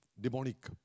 demonic